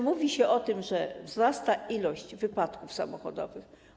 Mówi się o tym, że wzrasta ilość wypadków samochodowych.